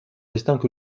résistants